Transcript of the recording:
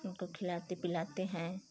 उनको खिलाते पिलाते हैं